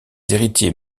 héritiers